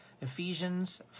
Ephesians